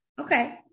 Okay